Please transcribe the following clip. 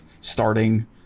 starting